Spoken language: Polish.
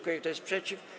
Kto jest przeciw?